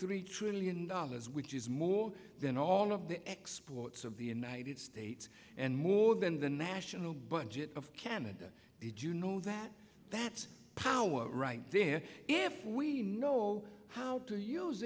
three trillion dollars which is more than all of the exports of the united states and more than the national budget of canada did you know that that's power right there if we know how to use